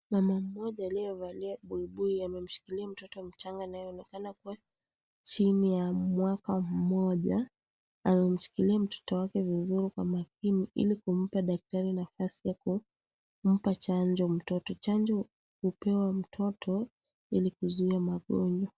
Mama mmoja aliyevalia buibui amemshikilia Mtoto mchanga anayeonekana kuwa chini ya mwaka moja. Amemshikilia Mtoto wake vizuri kwa makini Ili kumpa daktari nafasi ya kumpa chanjo mtoto. Chanjo hupewa mtoto ili kuzuia magonjwa.